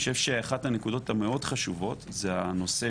אני חושב שאחת הנקודות המאוד חשובות זה הנושא